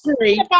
three